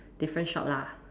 different shop lah